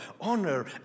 honor